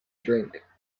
drink